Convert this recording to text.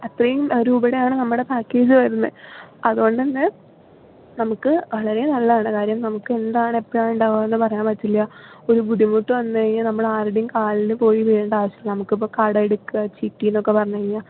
അത്രയും രൂപയുടെയാണ് നമ്മുടെ പാക്കേജ് വരുന്നത് അതുകൊണ്ടുതന്നെ നമുക്ക് വളരെ നല്ലതാണ് കാര്യം നമുക്ക് എന്താണ് എപ്പോഴാണ് ഉണ്ടാവുകയെന്ന് പറയാൻ പറ്റില്ല ഒരു ബുദ്ധിമുട്ട് വന്നു കഴിഞ്ഞാൽ നമ്മൾ ആരുടെയും കാലിൽ പോയി വീഴേണ്ട ആവശ്യമില്ല നമ്മൾക്കിപ്പോൾ കടം എടുക്കുകയൊ ചിട്ടി എന്നൊക്കെ പറഞ്ഞു കഴിഞ്ഞാൽ